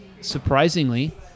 surprisingly